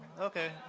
Okay